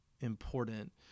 important